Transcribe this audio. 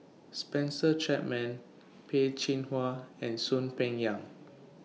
Spencer Chapman Peh Chin Hua and Soon Peng Yam